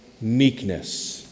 meekness